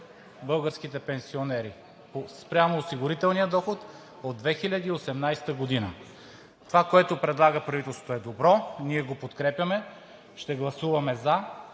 българските пенсионери спрямо осигурителния доход от 2018 г. Това, което предлага правителството, е добро, ние го подкрепяме – ще гласуваме за,